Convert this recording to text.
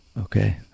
Okay